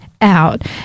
out